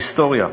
היסטוריה: